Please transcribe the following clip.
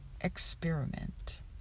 experiment